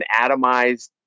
atomized